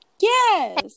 Yes